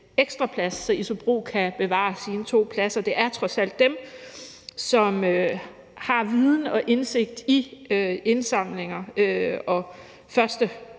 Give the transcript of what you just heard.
ekstra plads, så ISOBRO kan bevare sine to pladser. Det er trods alt dem, som har viden og indsigt i indsamlinger og